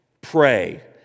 pray